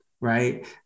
Right